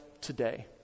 today